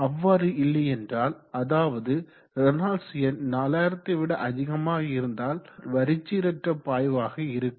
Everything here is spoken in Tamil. அவ்வாறு இல்லையென்றால் அதாவது ரேனால்ட்ஸ் எண் 4000 விட அதிகமாக இருந்தால் வரிச்சீரற்ற பாய்வாக இருக்கும்